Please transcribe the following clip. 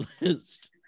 list